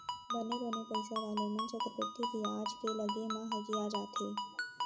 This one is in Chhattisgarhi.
बने बने पइसा वाले मन चक्रबृद्धि बियाज के लगे म हकिया जाथें